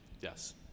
yes